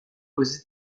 aux